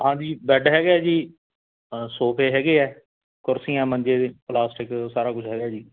ਹਾਂਜੀ ਬੈਡ ਹੈਗੇ ਆ ਜੀ ਸੋਫੇ ਹੈਗੇ ਆ ਕੁਰਸੀਆਂ ਮੰਜੇ ਪਲਾਸਟਿਕ ਸਾਰਾ ਕੁਝ ਹੈਗਾ ਜੀ